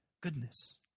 goodness